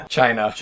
China